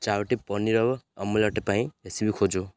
ଚାରୋଟି ପନିର ଆମଲେଟ୍ ପାଇଁ ରେସିପି ଖୋଜ